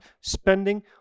spending